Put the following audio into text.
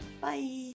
bye